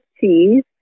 cheese